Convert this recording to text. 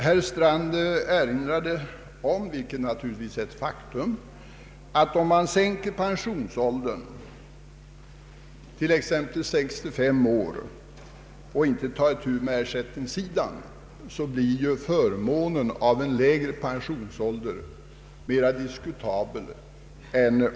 Herr Strand erinrade om — vilket naturligtvis är ett faktum — att om man sänker pensionsåldern t. ex, till 65 år och inte tar itu med ersättningssidan, så blir förmånen av en lägre pensionsålder tvivelaktig.